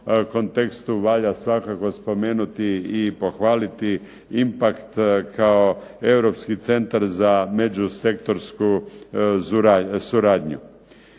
kontekstu valja svakako spomenuti i pohvaliti impakt kao europski centar za međusektorsku suradnju.